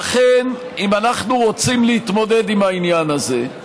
לכן, אם אנחנו רוצים להתמודד עם העניין הזה,